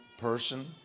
person